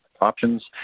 options